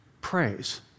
praise